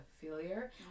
failure